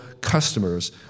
customers